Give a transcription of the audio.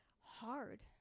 hard